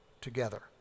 together